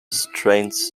trains